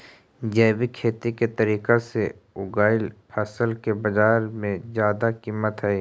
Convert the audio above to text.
जैविक खेती के तरीका से उगाएल फसल के बाजार में जादा कीमत हई